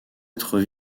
êtres